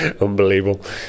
unbelievable